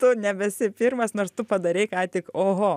tu nebesi pirmas nors tu padarei ką tik oho